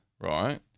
right